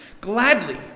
gladly